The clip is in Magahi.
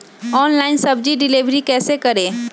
ऑनलाइन सब्जी डिलीवर कैसे करें?